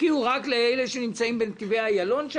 הפקיעו רק לאלו שנמצאים בנתיבי איילון,